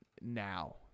now